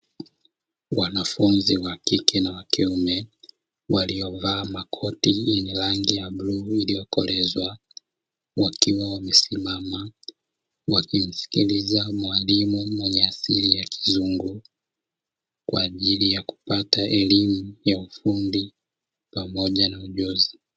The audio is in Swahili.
Wanafunzi wa kike na wa kiume waliovaa makoti yenye rangi ya bluu iliyokolezwa, wakiwa wamesimama wakimsikiliza mwalimu mwenye asili ya kizungu, kwa ajili ya kupata elimu ya ufundi pamoja na ujuzi.